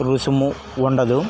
రుసుము ఉండదు